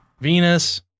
Venus